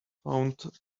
found